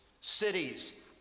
cities